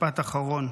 משפט אחרון: